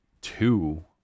two